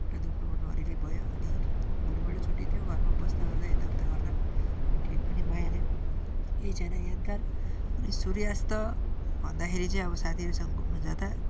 खुट्टा दुख्नु ओर्नु अलिअलि भयो अनि भोलिपल्ट छुट्टी थियो घरमा बस्दा ओर्दा यताउता गर्दा त्यो ठिक पनि भइहाल्यो केही छैन यादगार अनि सूर्यास्त भन्दाखेरि चाहिँ अब साथीहरूसँग घुम्नु जाँदा